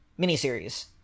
miniseries